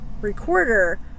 recorder